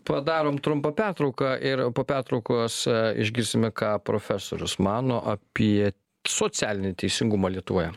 padarom trumpą pertrauką ir po pertraukos išgirsime ką profesorius mano apie socialinį teisingumą lietuvoje